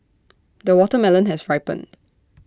the watermelon has ripened